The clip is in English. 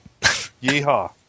Yeehaw